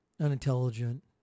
unintelligent